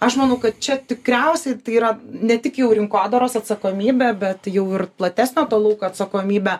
aš manau kad čia tikriausiai tai yra ne tik jau rinkodaros atsakomybė bet jau ir platesnio lauko atsakomybė